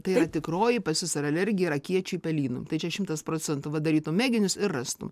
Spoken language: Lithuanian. tai yra tikroji pas jus yra alergija yra kiečių pelynui tai čia šimtas procentų va darytum mėginius ir rastum